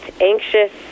anxious